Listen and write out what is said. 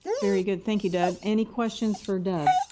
very good thank you doug. any questions for doug?